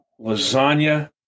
lasagna